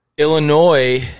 Illinois